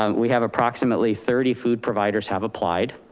um we have approximately thirty food providers have applied.